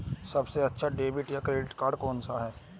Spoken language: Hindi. सबसे अच्छा डेबिट या क्रेडिट कार्ड कौन सा है?